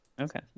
Okay